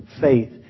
faith